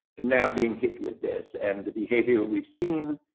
now being hit with this. and the behavior we've seen,